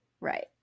Right